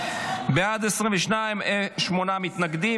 22, שמונה מתנגדים.